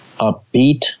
upbeat